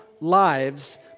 lives